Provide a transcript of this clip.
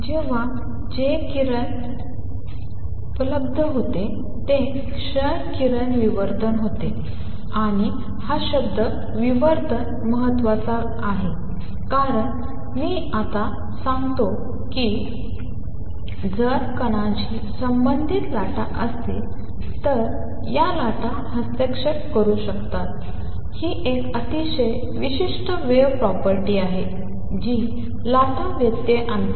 तेव्हा जे प्रयोग उपलब्ध होते ते क्ष किरण विवर्तन होते आणि हा शब्द विवर्तन महत्त्वाचा आहे कारण मी आता सांगतो जर कणांशी संबंधित लाटा असतील तर या लाटा हस्तक्षेप करू शकतात ही एक अतिशय विशिष्ट वेव्ह प्रॉपर्टी आहे जी लाटा व्यत्यय आणते